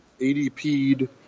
ADP'd